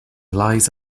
lies